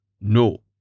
No